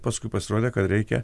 paskui pasirodė kad reikia